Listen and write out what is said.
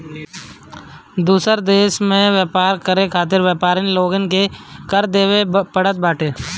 दूसरा देस में व्यापार करे खातिर व्यापरिन लोग के कर देवे के पड़त बाटे